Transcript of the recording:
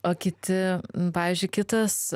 o kiti pavyzdžiui kitas